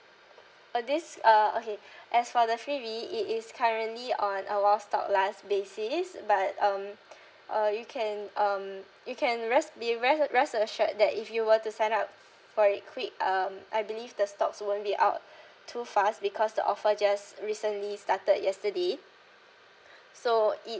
uh this uh okay as for the freebie it is currently on a while stock lasts basis but um uh you can um you can rest be rest rest assured that if you were to sign up for it quick um I believe the stocks won't be out too fast because the offer just recently started yesterday so it